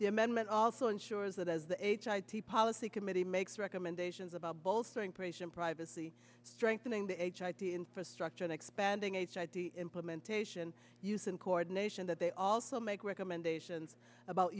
the amendment also ensures that as the h i t policy committee makes recommendations about bolstering patient privacy strengthening the infrastructure and expanding h i d implementation use and coordination that they also make recommendations about